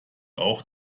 auch